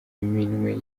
minwe